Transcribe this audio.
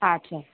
ᱟᱪᱪᱷᱟ